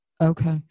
Okay